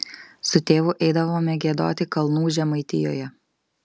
su tėvu eidavome giedoti kalnų žemaitijoje